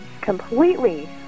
completely